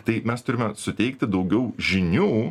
tai mes turime suteikti daugiau žinių